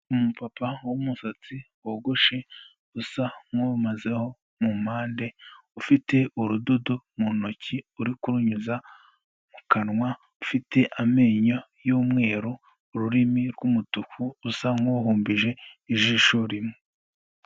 Umupapa w'umusatsi wogoshe usa nk'uwawumazeho mu mpande, ufite urudodo mu ntoki uri kurunyuza mu kanwa, ufite amenyo y'umweru ururimi rw'umutuku, usa nk'uhumbije ijisho rimwe.